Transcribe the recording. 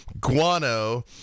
guano